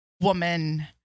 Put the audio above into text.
woman